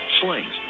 slings